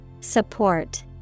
support